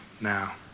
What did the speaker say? now